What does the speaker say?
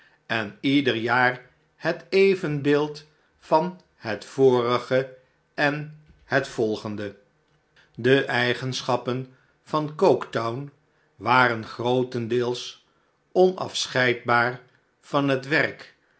en ieder jaar het evenbeeld van het vonge en het volgende de eigenschappen van coketown waren grootendeels onafscheidbaar van het werk